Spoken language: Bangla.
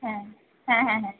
হ্যাঁ হ্যাঁ হ্যাঁ হ্যাঁ